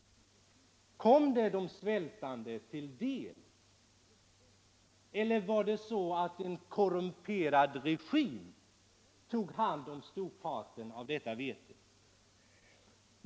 Kom det de svältande ull del eller var det så att en korrumperad regim tog hand om delar av detta vete?